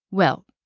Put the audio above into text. well,